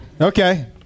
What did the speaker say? Okay